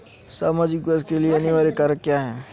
सामाजिक विकास के लिए अनिवार्य कारक क्या है?